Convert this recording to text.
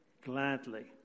gladly